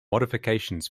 modifications